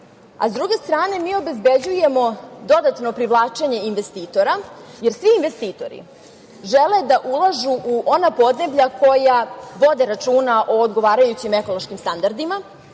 a s druge strane mi obezbeđujemo dodatno privlačenje investitora, jer svi investitori žele da ulažu u ona podneblja koja vode računa o odgovarajućim ekološkim standardima.